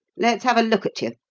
let's have a look at you.